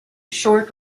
short